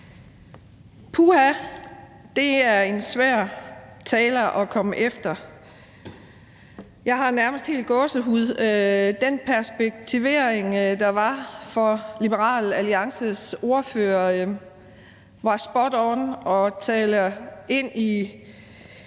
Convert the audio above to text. Puha, det er en svær tale at komme efter. Jeg har nærmest helt gåsehud. Den perspektivering, der var fra Liberal Alliances ordfører, var spot on og taler ind i